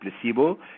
placebo